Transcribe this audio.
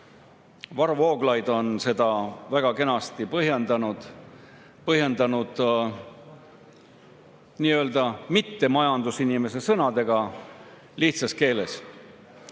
Varro Vooglaid on seda väga kenasti põhjendanud nii-öelda mittemajandusinimese sõnadega, lihtsas keeles.